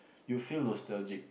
you feel nostalgic